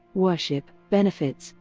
worship, benefits,